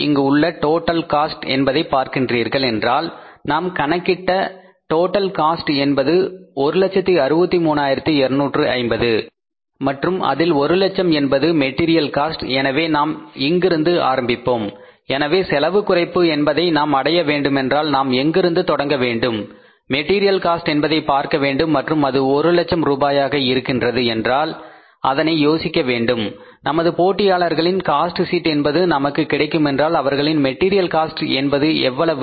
இங்கு உள்ள total cost என்பதை பார்க்கின்றீர்கள் என்றால் நாம் கணக்கிட்ட டோட்டல் காஸ்ட் என்பது 163250 மற்றும் இதில் ஒரு லட்சம் என்பது மெட்டீரியல் காஸ்ட் எனவே நாம் இங்கிருந்து ஆரம்பிப்போம் எனவே செலவு குறைப்பு என்பதை நாம் அடைய வேண்டுமென்றால் நாம் எங்கிருந்து தொடங்க வேண்டும் மெட்டீரியல் காஸ்ட் என்பதை பார்க்க வேண்டும் மற்றும் அது ஒரு லட்சம் ரூபாயாக இருக்கின்றது என்றால் அதனை யோசிக்கவேண்டும் நமது போட்டியாளர்களின் காஸ்ட் ஷீட் என்பது நமக்கு கிடைக்குமென்றாள் அவர்களின் மெட்டீரியல் காஸ்ட் என்பது எவ்வளவு